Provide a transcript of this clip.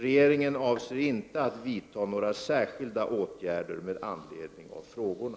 Regeringen avser inte att vidta några särskilda åtgärder med anledning av frågorna.